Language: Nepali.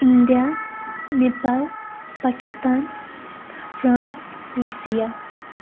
India Nepal Pakistan France Russia